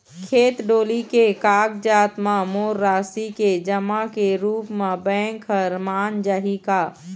खेत डोली के कागजात म मोर राशि के जमा के रूप म बैंक हर मान जाही का?